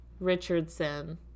Richardson